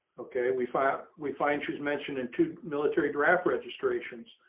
okay, we find we find she's mentioned in to military draft registrations.